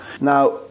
Now